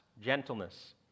gentleness